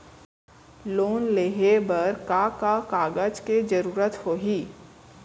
Loan लेहे बर का का कागज के जरूरत होही?